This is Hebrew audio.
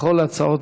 כל ההצעות